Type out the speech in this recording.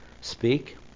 speak